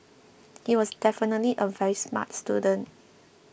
he was definitely a very smart student